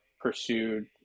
pursued